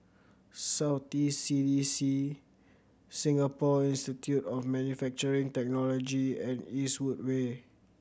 South East C D C Singapore Institute of Manufacturing Technology and Eastwood Way